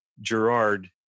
Gerard